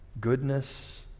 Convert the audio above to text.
goodness